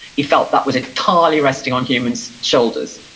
he felt that was entirely resting on humans' shoulders.